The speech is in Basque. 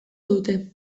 dute